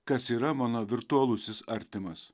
kas yra mano virtualusis artimas